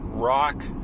rock